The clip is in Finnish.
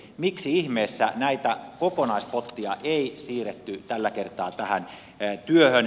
miksi ihmeessä tätä kokonaispottia ei siirretty tällä kertaa tähän työhön